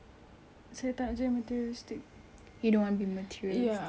ya but any I feel like I want the money